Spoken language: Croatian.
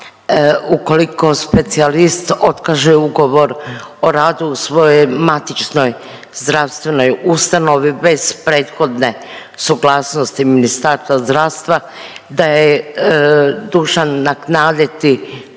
ukoliko specijalist otkaže ugovor o radu u svojoj matičnoj zdravstvenoj ustanovi bez prethodne suglasnosti Ministarstva zdravstva da je dužan naknaditi